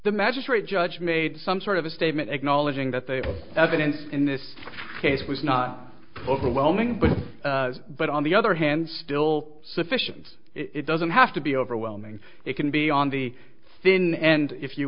the magistrate judge made some sort of a statement acknowledging that the evidence in this case was not overwhelming but on the other hand still sufficient it doesn't have to be overwhelming it can be on the thin end if you